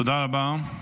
תודה רבה.